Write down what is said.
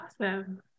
awesome